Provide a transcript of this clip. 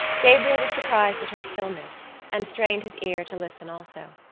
gabriel was surprised at her stillness and strained his ear to listen also.